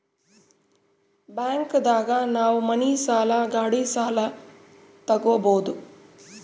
bank ದಾಗ ನಾವ್ ಮನಿ ಸಾಲ ಗಾಡಿ ಸಾಲ ತಗೊಬೋದು